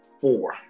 four